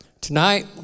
Tonight